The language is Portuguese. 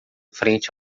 frente